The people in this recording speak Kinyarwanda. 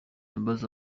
ambaza